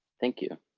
thank you.